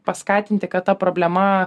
paskatinti kad ta problema